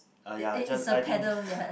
ah ya just I think